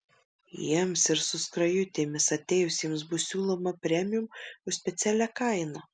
jiems ir su skrajutėmis atėjusiems bus siūloma premium už specialią kainą